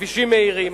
כבישים מהירים,